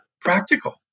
practical